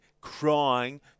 crying